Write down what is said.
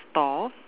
tall